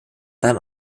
dann